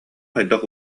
хайдах